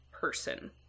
person